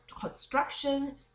construction